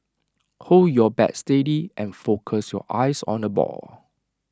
hold your bat steady and focus your eyes on the ball